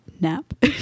nap